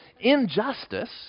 injustice